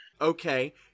Okay